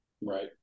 Right